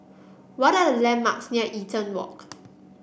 what are the landmarks near Eaton Walk